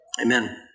Amen